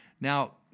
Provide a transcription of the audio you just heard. Now